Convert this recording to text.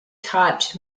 typed